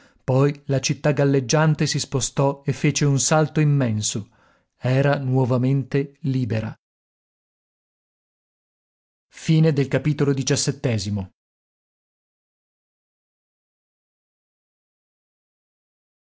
poi la città galleggiante si spostò e fece un salto immenso era nuovamente libera per la